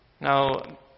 Now